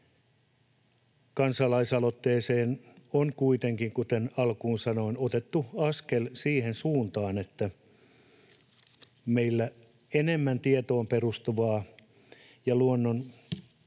kansalaisaloitteeseen, on kuitenkin, kuten alkuun sanoin, otettu askel siihen suuntaan, että meillä enemmän luonnon